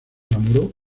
enamoró